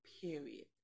period